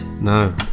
No